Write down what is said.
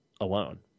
alone